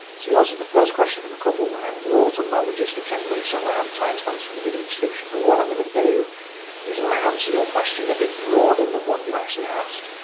so yours is the first question of a couple, and they're all talking about logistics anyway, so i'm gonna have time stamps in the video description. but what i'm gonna do is i'm gonna answer your question a bit broader and than what you actually asked,